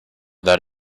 that